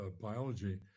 biology